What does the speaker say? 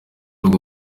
ubwo